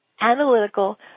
analytical